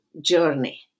journey